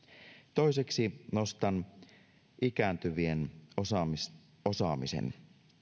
toiseksi nostan ikääntyvien osaamisen